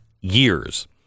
years